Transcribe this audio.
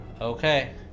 okay